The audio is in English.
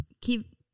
keep